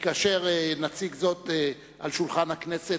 כאשר מציגים זאת על שולחן הכנסת,